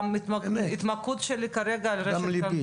וההתמקדות שלי כרגע על רשת 'קרפור'.